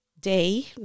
day